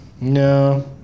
No